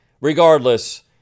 regardless